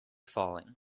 falling